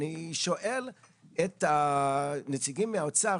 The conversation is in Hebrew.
אז אני שואל את הנציגים מהאוצר,